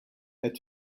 est